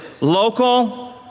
local